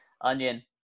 Onion